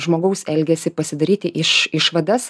žmogaus elgesį pasidaryti iš išvadas